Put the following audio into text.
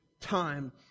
time